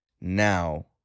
now